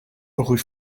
rue